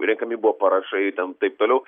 renkami buvo parašai ten taip toliau